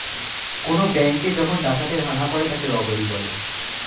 কোন ব্যাঙ্কে যখন ডাকাতের হানা পড়ে তাকে রবারি বলে